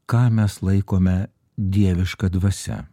ką mes laikome dieviška dvasia